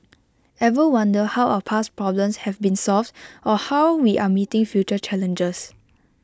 ever wonder how our past problems have been solved or how we are meeting future challenges